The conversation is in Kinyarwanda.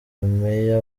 meya